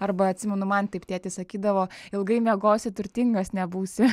arba atsimenu man taip tėtis sakydavo ilgai miegosi turtingas nebūsi